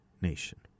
nation